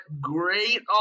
great